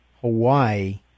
Hawaii